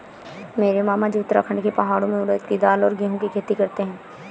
मेरे मामाजी उत्तराखंड के पहाड़ों में उड़द के दाल और गेहूं की खेती करते हैं